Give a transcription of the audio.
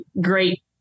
great